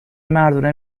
مردونه